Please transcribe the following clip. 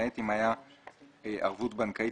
למעט אם היה ערבות בנקאית,